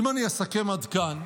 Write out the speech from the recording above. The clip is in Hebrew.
אם אני אסכם עד כאן,